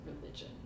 religion